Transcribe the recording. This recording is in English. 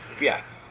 yes